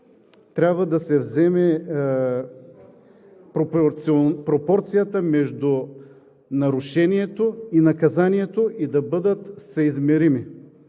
трябва да се вземе пропорцията между нарушението и наказанието, и да бъдат съизмерими.